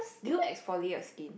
do you exfoliate your skin